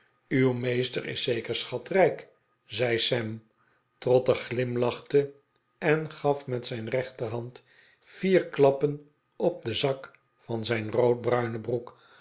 uw meester is zeker schatrijk zei sam trotter glimlachte en gaf met zijn rechterhand vier klappen op den zak van zijn roodbruine broek